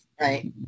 Right